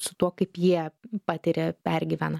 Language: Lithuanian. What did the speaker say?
su tuo kaip jie patiria pergyvena